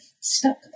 stuck